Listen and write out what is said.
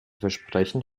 versprechen